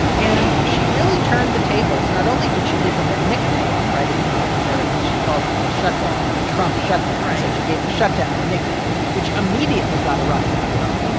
and she really turned the tables. not only did she give him a nickname right at the beginning, or at least she called the shutdown the trump shutdown. so she gave the shutdown a nickname, which immediately got a rise out of him.